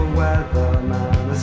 weatherman